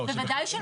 בוודאי שלא.